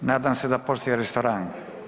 Nadam se da postoji restoran.